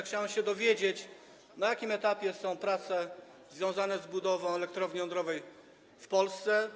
Chciałem się dowiedzieć, na jakim etapie są prace związane z budową elektrowni jądrowej w Polsce.